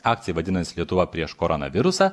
akcija vadinas lietuva prieš koronavirusą